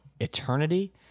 eternity